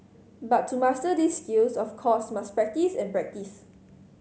but to master these skills of course must practise and practise